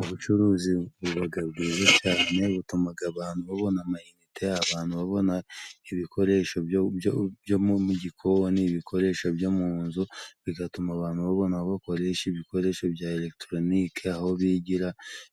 Ubucuruzi bubaga bwiza cyane, butumaga abantu babona amayinite. Abantu babona ibikoresho byo mu gikoni, ibikoresho byo mu nzu, bigatuma abantu babona bakoresha ibikoresho bya elegitoronike, aho bigira